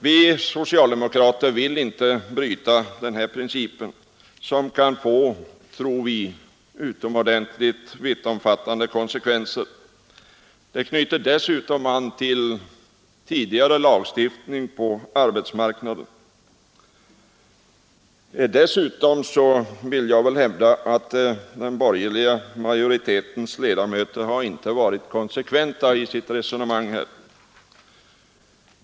Vi socialdemokrater vill inte bryta den principen. Vi tror att det kan få utomordentligt vittomfattande konsekvenser. Den knyter dessutom an till tidigare lagstiftning på arbetsmarknaden. Jag vill vidare hävda att den borgerliga majoritetens ledamöter inte har varit konsekventa i sitt resonemang.